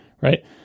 Right